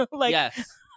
Yes